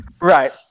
right